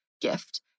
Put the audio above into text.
gift